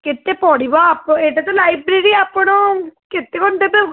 କେତେ ପଡ଼ିବ ଆପ ଏଇଟା ତ ଲାଇବ୍ରେରୀ ଆପଣ କେତେ କ'ଣ ଦେବେ